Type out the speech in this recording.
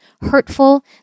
hurtful